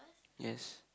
yes